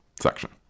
section